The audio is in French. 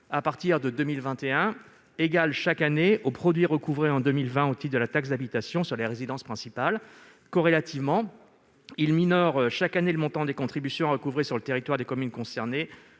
de communes, égale, chaque année, au produit recouvré en 2020 au titre de la taxe d'habitation sur les résidences principales. Il vise, corrélativement, à minorer chaque année le montant des contributions à recouvrer sur le territoire des communes concernées